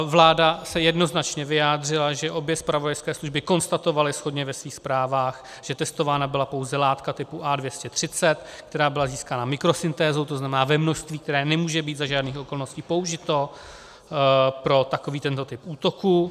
Vláda se jednoznačně vyjádřila, že obě zpravodajské služby konstatovaly shodně ve svých zprávách, že testována byla pouze látka typu A230, která byla získána mikrosyntézou, to znamená v množství, které nemůže být za žádných okolností použito pro takovýto typ útoku.